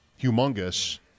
humongous